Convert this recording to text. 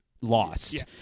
lost